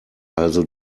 also